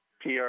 PR